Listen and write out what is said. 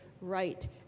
right